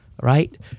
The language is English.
right